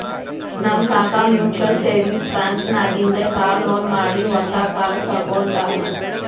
ನಮ್ ಕಾಕಾ mutual savings bank ನಾಗಿಂದೆ ಕಾರ್ ಲೋನ್ ಮಾಡಿ ಹೊಸಾ ಕಾರ್ ತಗೊಂಡಾನ್